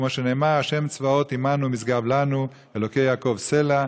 כמו שנאמר: "ה' צבאות עמנו משגב לנו אלהי יעקב סלה.